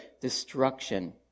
destruction